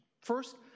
first